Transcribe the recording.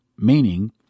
Meaning